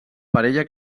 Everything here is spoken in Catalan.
parella